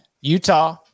Utah